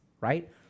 right